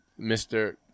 Mr